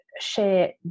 share